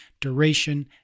duration